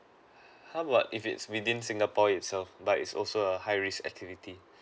how about if it's within singapore itself but it's also a high risk activity